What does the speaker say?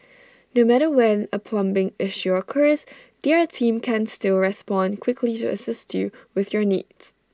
no matter when A plumbing issue occurs their team can still respond quickly to assist you with your needs